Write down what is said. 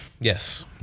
Yes